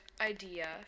idea